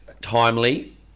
timely